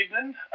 evening